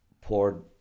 poured